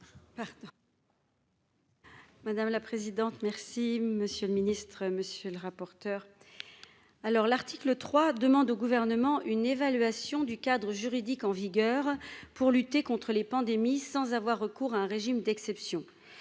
Madame la présidente, merci monsieur le ministre, monsieur le rapporteur, alors l'article 3, demandent au gouvernement une évaluation du cadre juridique en vigueur pour lutter contre les pandémies sans avoir recours à un régime d'exception